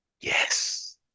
Yes